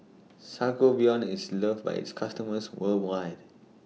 Sangobion IS loved By its customers worldwide